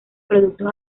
productos